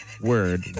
word